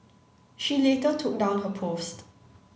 she later took down her post